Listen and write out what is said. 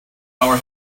our